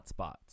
hotspots